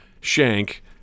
Shank